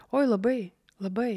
oi labai labai